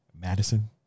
Madison